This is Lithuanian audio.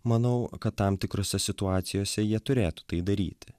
manau kad tam tikrose situacijose jie turėtų tai daryti